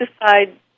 decide